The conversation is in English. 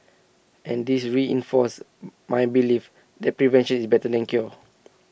and this reinforced my belief that prevention is better than cure